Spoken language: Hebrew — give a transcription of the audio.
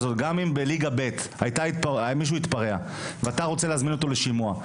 בליגה ב' ואתה רוצה להזמין אותו לשימוע.